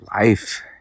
life